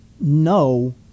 no